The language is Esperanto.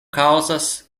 kaŭzas